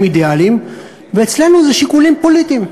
אידיאלים ואצלנו זה שיקולים פוליטיים?